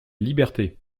liberté